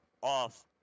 off